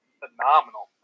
phenomenal